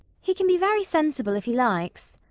he can be very sensible if he likes.